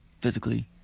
physically